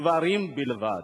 גברים בלבד.